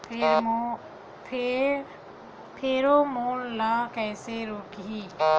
Pheromone ला कइसे रोकही?